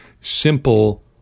simple